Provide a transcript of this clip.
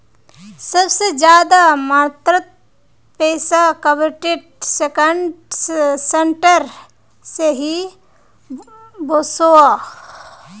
सबसे ज्यादा मात्रात पैसा कॉर्पोरेट सेक्टर से ही वोसोह